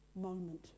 Moment